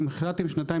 סליחה ואם לא השתכנעתם,